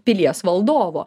pilies valdovo